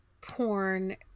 porn